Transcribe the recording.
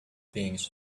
things